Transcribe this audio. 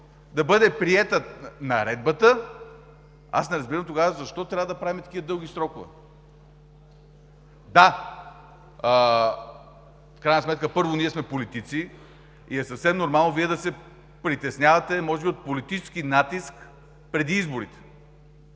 да бъде приета наредбата, аз не разбирам тогава защо трябва да правим такива дълги срокове. Да, ние първо сме политици и е съвсем нормално Вие да се притеснявате, може би, от политически натиск преди изборите